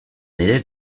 élève